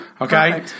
Okay